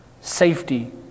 Safety